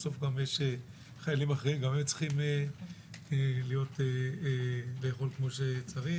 יש גם חיילים אחרים שצריכים להיות בריאים ושבעים.